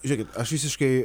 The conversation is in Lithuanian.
žiūrėkit aš visiškai